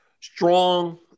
strong